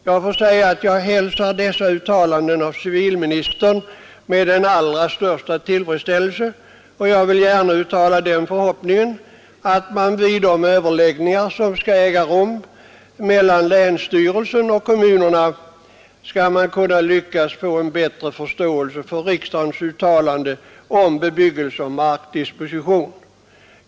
Jag hälsar dessa uttalanden av civilministern med den allra största tillfredsställelse, och jag vill gärna uttala den förhoppningen att man vid de överläggningar som skall äga rum mellan länsstyrelsen och kommunerna lyckas få en bättre förståelse för riksdagens uttalanden om bebyggelse och markdisposition.